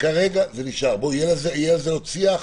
כרגע זה נשאר, יהיה על זה עוד שיח,